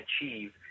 achieve